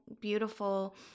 beautiful